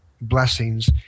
blessings